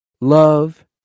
love